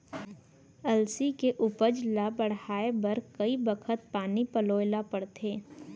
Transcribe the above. अलसी के उपज ला बढ़ए बर कय बखत पानी पलोय ल पड़थे?